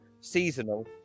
seasonal